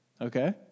okay